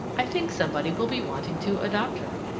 i think somebody will be wanting to adopt her.